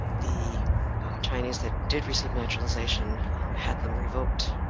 the chinese that did receive naturalization had them revoked.